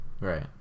right